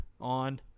on